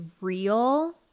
real